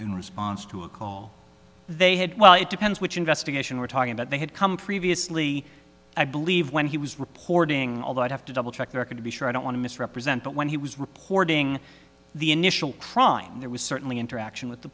in response to a call they had well it depends which investigation we're talking about they had come freeview asli i believe when he was reporting although i'd have to double check the record to be sure i don't want to misrepresent but when he was reporting the initial crime there was certainly interaction with the